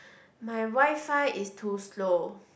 my Wi-Fi is too slow